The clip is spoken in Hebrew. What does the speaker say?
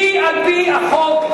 מי על-פי החוק,